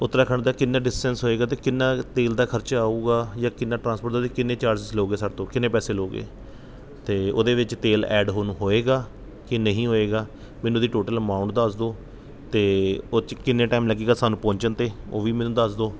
ਉੱਤਰਾਖੰਡ ਦਾ ਕਿੰਨਾ ਡਿਸਟੇਂਸ ਹੋਏਗਾ ਅਤੇ ਕਿੰਨਾ ਤੇਲ ਦਾ ਖਰਚਾ ਆਊਗਾ ਜਾਂ ਕਿੰਨਾ ਟਰਾਂਸਪੋਰਟ ਦਾ ਅਤੇ ਕਿੰਨੇ ਚਾਰਜਸ ਲਉਗੇ ਸਾਡੇ ਤੋਂ ਕਿੰਨੇ ਪੈਸੇ ਲਓਗੇ ਅਤੇ ਉਹਦੇ ਵਿੱਚ ਤੇਲ ਐਡ ਹੁਣ ਹੋਏਗਾ ਕਿ ਨਹੀਂ ਹੋਏਗਾ ਮੈਨੂੰ ਉਹਦੀ ਟੋਟਲ ਅਮਾਊਂਟ ਦੱਸ ਦਿਓ ਅਤੇ ਉਹ 'ਚ ਕਿੰਨਾ ਟਾਇਮ ਲਗੇਗਾ ਸਾਨੂੰ ਪਹੁੰਚਣ 'ਤੇ ਉਹ ਵੀ ਮੈਨੂੰ ਦੱਸ ਦਓ